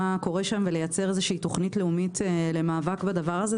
קורה שם ולייצר תוכנית לאומית למאבק בדבר הזה.